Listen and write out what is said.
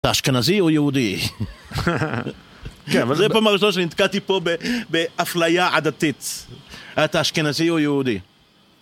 אתה אשכנזי או יהודי? כן, אבל זה הפעם הראשונה שאני נתקעתי פה באפליה עדתית. אתה אשכנזי או יהודי?